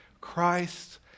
Christ